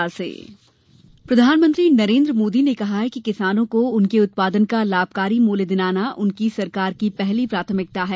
प्रधानमंत्री प्रधानमंत्री नरेन्द्र मोदी ने कहा है कि किसानों को उनके उत्पादन का लाभकारी मुल्य दिलाना उनकी सरकार की पहली प्राथमिकता है